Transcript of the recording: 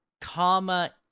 comma